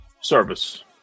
service